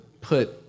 put